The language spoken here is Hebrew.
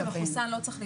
מי שמחוסן לא צריך להיבדק.